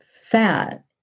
fat